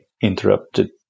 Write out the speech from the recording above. interrupted